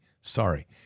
sorry